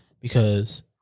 because-